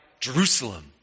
Jerusalem